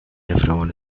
everyone